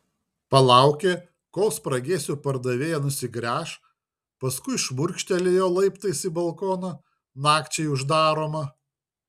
palaukė kol spragėsių pardavėja nusigręš paskui šmurkštelėjo laiptais į balkoną nakčiai uždaromą